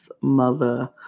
mother